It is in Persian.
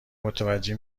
متوجه